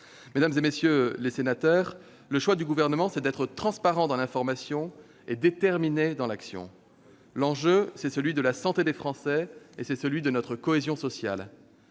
Mesdames, messieurs les sénateurs, le choix du Gouvernement, c'est d'être transparent dans l'information et déterminé dans l'action. L'enjeu, c'est la santé des Français et notre cohésion sociale.